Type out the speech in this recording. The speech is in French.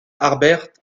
harbert